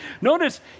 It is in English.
Notice